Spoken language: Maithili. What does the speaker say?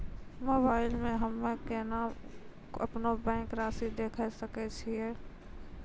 मोबाइल मे हम्मय केना अपनो बैंक रासि देखय सकय छियै?